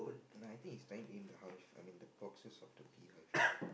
nah I think he's planning to aim the hive I mean the boxes of the beehive